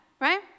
right